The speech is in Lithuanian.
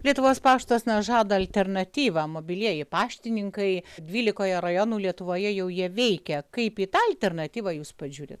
lietuvos paštas žada alternatyvą mobilieji paštininkai dvylikoje rajonų lietuvoje jau jie veikia kaip į tą alternatyvą jus pats žiūri